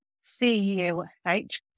C-U-H